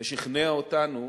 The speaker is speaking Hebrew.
ושכנע אותנו